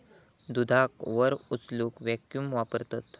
दुधाक वर उचलूक वॅक्यूम वापरतत